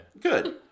Good